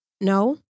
no